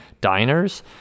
diners